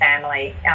family